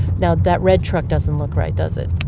now that red truck doesn't look right, does it?